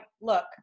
look